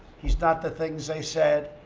he's not the things they said.